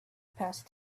passed